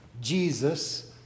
Jesus